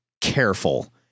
careful